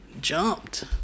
jumped